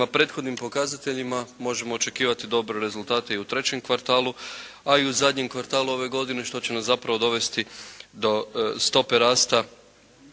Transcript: prethodnim pokazateljima možemo očekivati dobre rezultate i u trećem kvartalu, a i u zadnjem kvartalu ove godine što će nas zapravo dovesti do stope rasta